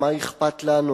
מה אכפת לנו,